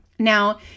Now